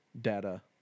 data